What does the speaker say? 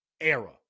Era